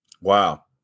Wow